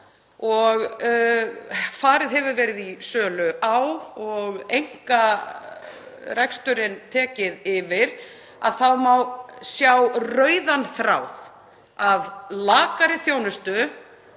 og farið hefur verið í sölu á og einkareksturinn tekið yfir má sjá rauðan þráð af lakari þjónustu